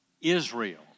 Israel